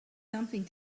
something